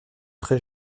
très